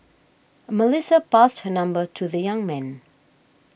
Melissa passed her number to the young man